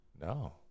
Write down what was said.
No